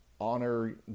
honor